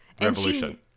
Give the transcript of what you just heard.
Revolution